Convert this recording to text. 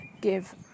give